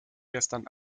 gestern